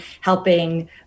helping